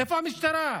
איפה המשטרה?